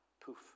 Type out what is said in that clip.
Poof